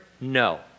no